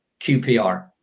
QPR